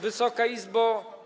Wysoka Izbo!